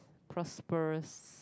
prosperous